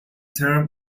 term